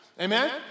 Amen